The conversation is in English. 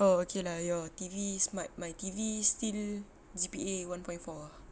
oh okay lah your T_V smart my T_V still G_P_A one point four ah